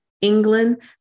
England